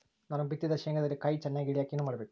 ನಾನು ಬಿತ್ತಿದ ಶೇಂಗಾದಲ್ಲಿ ಕಾಯಿ ಚನ್ನಾಗಿ ಇಳಿಯಕ ಏನು ಮಾಡಬೇಕು?